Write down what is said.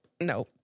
no